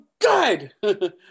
good